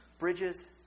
Bridges